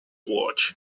watch